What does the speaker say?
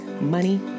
money